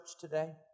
today